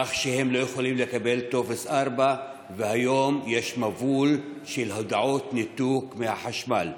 כך שהם לא יכולים לקבל טופס 4. כיום יש מבול של הודעות ניתוק מהחשמל.